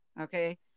Okay